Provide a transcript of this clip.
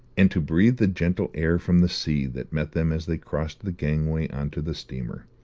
and to breathe the gentle air from the sea that met them as they crossed the gangway on to the steamer.